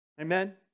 Amen